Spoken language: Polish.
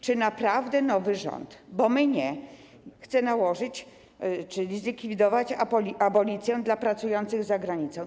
Czy naprawdę nowy rząd - bo my nie - chce to nałożyć, czyli zlikwidować abolicję dla pracujących za granicą?